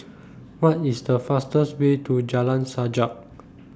What IS The fastest Way to Jalan Sajak